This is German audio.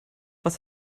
was